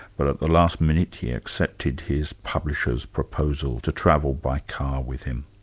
but at the last minute he accepted his publisher's proposal to travel by car with him.